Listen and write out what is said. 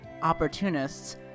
opportunists